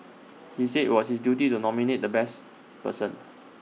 he said IT was his duty to nominate the best person